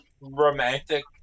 romantic